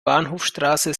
bahnhofsstraße